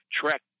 trek